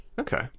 Okay